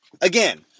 again